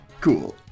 Cool